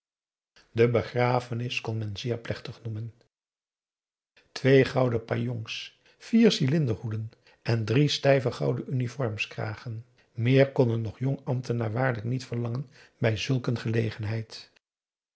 begrafenis kon men zeer plechtig noemen twee gouden pajongs vier cylinderhoeden en drie stijve gouden uniformkragen meer kon een nog jong ambtenaar waarlijk niet verlangen bij zulk een gelegenheid